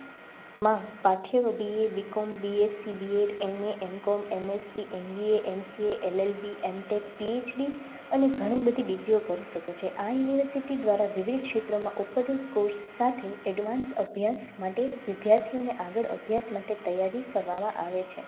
માં પાઠ્ય BA BCom BSc BEd MA MCom MSc MBA MCA LLB MTech PhD અને ઘણી બધી ડિગ્રીઓ કરી શકે છે આ યુનિવર્સિટી દ્વારા વિવિધ ક્ષેત્રમાં ઉપર્યુક્ત કોર્સ સાથે એડવાન્સ અભ્યાસ માટે વિદ્યાર્થીઓને આગળ અભ્યાસ માટે તૈયારી કરવામાં આવે છે